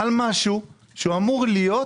לגבי משהו שאמור להיות